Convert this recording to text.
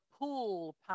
pool